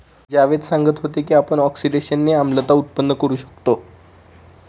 जावेद सांगत होते की आपण ऑक्सिडेशनने आम्लता उत्पन्न करू शकतो